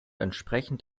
entsprechend